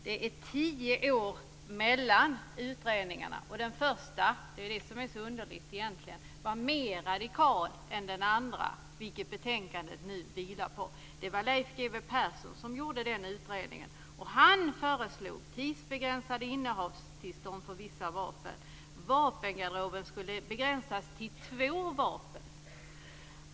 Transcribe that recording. Det är tio år mellan utredningarna och den första - det är det som är så underligt egentligen - var mer radikal än den andra, den som betänkandet nu vilar på. Det var Leif G W Persson som gjorde denna utredning. Han föreslog tidsbegränsade innehavstillstånd för vissa vapen. Vapengarderoben skulle begränsas till två vapen.